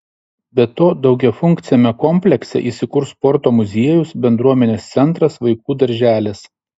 be to daugiafunkciame komplekse įsikurs sporto muziejus bendruomenės centras vaikų darželis